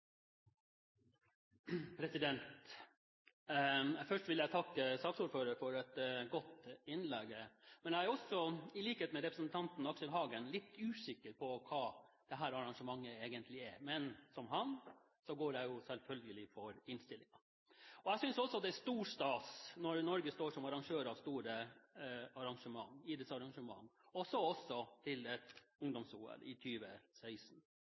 Først vil jeg takke saksordføreren for et godt innlegg. Men jeg er også, i likhet med representanten Aksel Hagen, litt usikker på hva dette arrangementet egentlig er – men som han går jeg selvfølgelig for innstillingen. Jeg synes også det er stor stas når Norge står som arrangør av store idrettsarrangementer, og også av et ungdoms-OL i 2016. Jeg tror at ved å si ja til